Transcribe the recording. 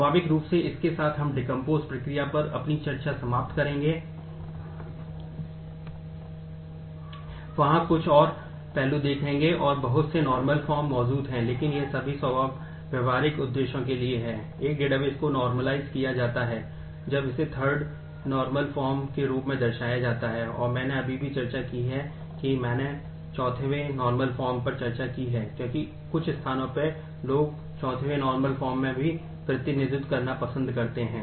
स्वाभाविक रूप से इसके साथ हम डेकोम्पोस में भी प्रतिनिधित्व करना पसंद करते हैं